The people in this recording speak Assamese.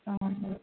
অঁ